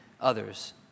others